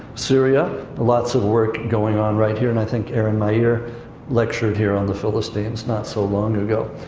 syria. lots of work going on right here, and i think aren maeir lectured here on the philistines not so long ago.